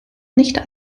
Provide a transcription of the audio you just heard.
nicht